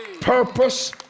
Purpose